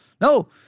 no